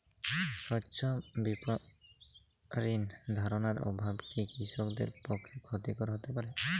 স্বচ্ছ বিপণন ধারণার অভাব কি কৃষকদের পক্ষে ক্ষতিকর হতে পারে?